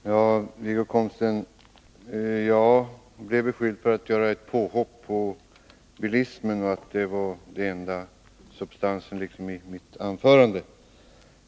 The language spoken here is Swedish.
Herr talman! Ja, Wiggo Komstedt, jag blev beskylld för att göra ett påhopp på bilismen — det skulle vara den enda substansen i mitt anförande.